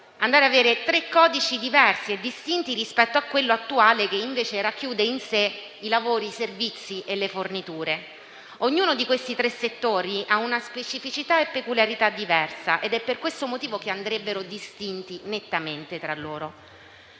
essenziale avere tre codici diversi e distinti rispetto a quello attuale, che invece racchiude in sé lavori, servizi e forniture. Ognuno di questi tre settori ha una specificità e peculiarità diversa ed è per questo motivo che andrebbero distinti nettamente tra loro.